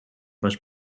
was